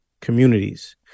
communities